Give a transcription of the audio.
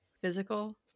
Physical